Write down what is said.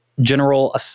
general